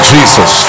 Jesus